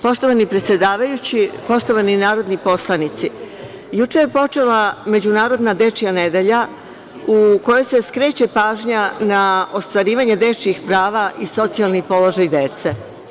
Poštovani predsedavajući, poštovani narodni poslanici, juče je počela Međunarodna dečija nedelja, u kojoj se skreće pažnja na ostvarivanje dečijih prava i socijalni položaj dece.